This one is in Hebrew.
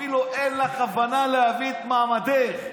אפילו אין לך הבנה להבין את מעמדך,